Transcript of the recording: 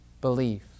belief